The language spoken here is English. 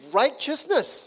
righteousness